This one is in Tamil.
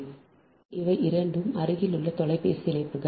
மேலும் இவை இரண்டும் அருகிலுள்ள தொலைபேசி இணைப்புகள்